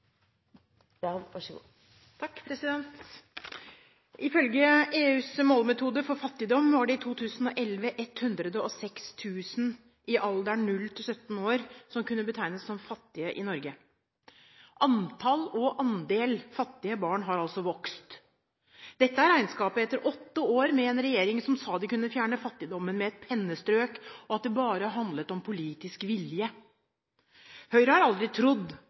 2011 106 000 personer i alderen 0–17 år som kunne betegnes som fattige, i Norge. Antall og andel fattige barn har altså vokst. Dette er regnskapet etter åtte år med en regjering som sa de kunne fjerne fattigdommen med et pennestrøk, og at det bare handlet om politisk vilje. Høyre har aldri trodd